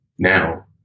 now